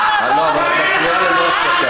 כל הנשק הסורי היה מיועד להשמיד את מדינת ישראל.